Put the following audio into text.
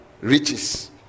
riches